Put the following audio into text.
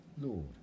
Lord